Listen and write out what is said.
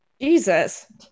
Jesus